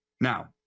Now